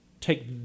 take